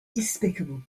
despicable